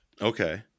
Okay